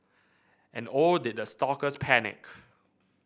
and oh did the stalkers panic